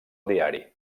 diari